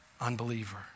Unbeliever